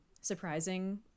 surprising